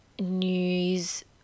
news